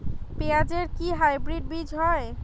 পেঁয়াজ এর কি হাইব্রিড বীজ হয়?